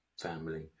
family